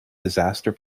disaster